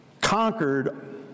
conquered